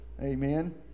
Amen